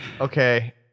Okay